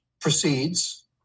proceeds